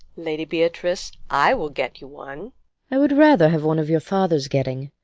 lady beatrice, i will get you one i would rather have one of your father's getting.